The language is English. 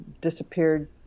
disappeared